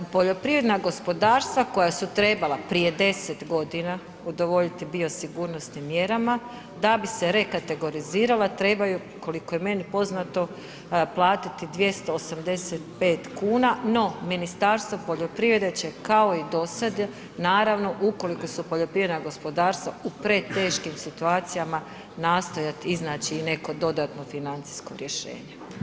Poljoprivredna gospodarstva koja su trebala prije 10 godina udovoljiti biosigurnosnim mjerama da bi se rekategorizirala trebaju, koliko je meni poznato platiti 285 kuna, no Ministarstvo poljoprivrede će, kao i dosad, naravno ukoliko su poljoprivreda gospodarstva u preteškim situacijama nastojati iznaći i neko dodatno financijsko rješenje.